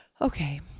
Okay